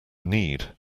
need